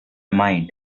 mind